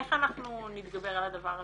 איך אנחנו נתגבר על הדבר הזה?